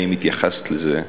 האם התייחסת לזה?